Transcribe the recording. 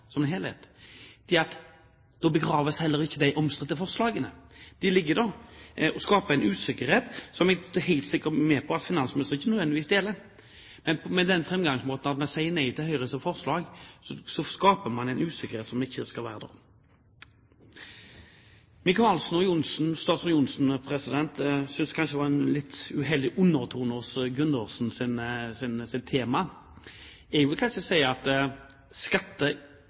som en helhet, er at da begraves heller ikke de omstridte forslagene. De ligger der og skaper en usikkerhet, som vi er helt sikre på at finansministeren ikke ønsker. Men med den framgangsmåten at man sier nei til Høyres forslag, skaper man en usikkerhet som ikke skal være der. Micaelsen og statsråd Johnsen synes kanskje det var en litt uheldig undertone i Gundersens tema. Jeg vil kanskje si at